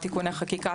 תיקוני חקיקה,